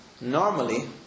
normally